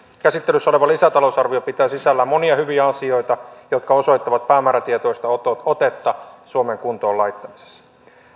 käsittelyssä oleva lisätalousarvio pitää sisällään monia hyviä asioita jotka osoittavat päämäärätietoista otetta otetta suomen kuntoon laittamisessa